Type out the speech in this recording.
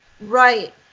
Right